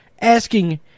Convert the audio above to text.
asking